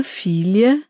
filha